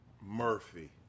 Murphy